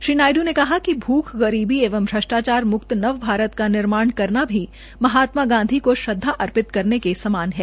श्री नायडू ने कहा कि भूख गरीबी एवं भ्रष्टाचार मुक्त नव भारत का निर्माण करना भी महात्मा गांधी को श्रद्वा अर्पित करने समान है